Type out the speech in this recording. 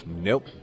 Nope